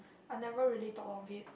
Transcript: I never really thought of it